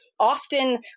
often